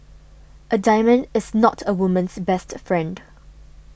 a diamond is not a woman's best friend